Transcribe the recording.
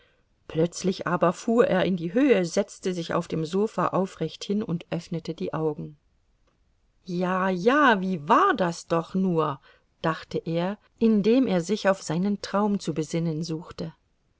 plötzlich aber fuhr er in die höhe setzte sich auf dem sofa aufrecht hin und öffnete die augen ja ja wie war das doch nur dachte er indem er sich auf seinen traum zu besinnen suchte